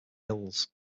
hills